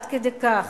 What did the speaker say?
עד כדי כך.